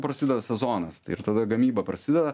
prasideda sezonas tai ir tada gamyba prasideda